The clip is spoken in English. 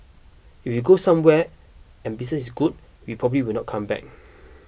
if we go somewhere and business is good we probably will not come back